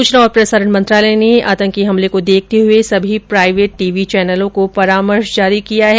सूचना और प्रसारण मंत्रालय ने इस आतंकी हमले को देखते हुए सभी प्राइवेट टीवी चैनलों को परामर्श जारी किया है